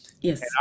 Yes